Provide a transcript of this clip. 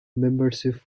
membership